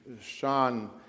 Sean